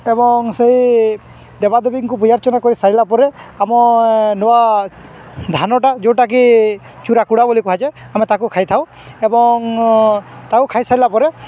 ଏବଂ ସେଇ ଦେବାଦେବୀଙ୍କୁ ପୂଜା ଅର୍ଚ୍ଚନା କରି ସାରିଲା ପରେ ଆମ ନୂଆ ଧାନଟା ଯେଉଁଟାକି ଚୁରା କୁଡ଼ା ବୋଲି କୁହାଯାଏ ଆମେ ତାକୁ ଖାଇଥାଉ ଏବଂ ତାକୁ ଖାଇସାରିଲା ପରେ